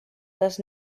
les